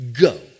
go